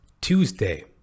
Tuesday